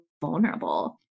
vulnerable